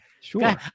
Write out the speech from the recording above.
Sure